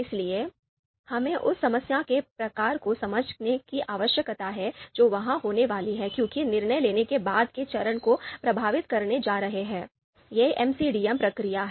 इसलिए हमें उस समस्या के प्रकार को समझने की आवश्यकता है जो वहां होने वाली है क्योंकि निर्णय लेने के बाद के चरणों को प्रभावित करने जा रही है यह एमसीडीएम प्रक्रिया है